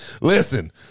Listen